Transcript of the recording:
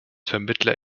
vermittler